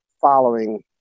following